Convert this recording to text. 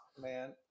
man